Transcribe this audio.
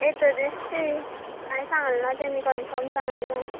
येता दिस्त तीं कांय सांगलें ना तेमी कनफर्म सांगलें ना